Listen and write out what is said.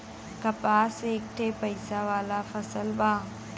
कपास एक ठे पइसा वाला फसल बा